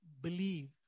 believe